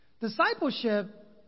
Discipleship